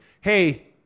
Hey